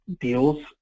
deals